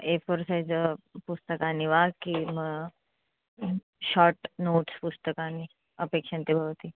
ए four size पुस्तकानि वा किं शार्ट् नोट्स् पुस्तकानि अपेक्ष्यते भवती